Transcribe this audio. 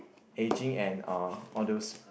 aging and uh all those